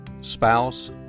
spouse